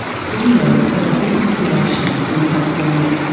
ceo of abyss creations in california.